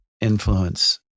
influence